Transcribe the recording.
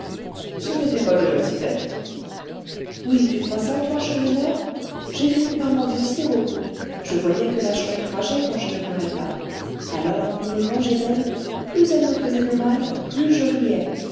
ce n'était pas déjà si bête oui tu crois ça toi chourineur j'ai fini par m'endurcir aux coups je voyais que la chouette rageait quand je ne pleurais pas alors pour me venger d'elle plus elle me faisait de mal plus je riais